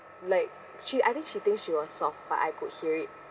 like she I think she think she was soft but I could hear it